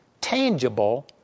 tangible